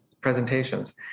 presentations